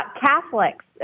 Catholics